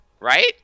Right